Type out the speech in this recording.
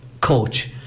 coach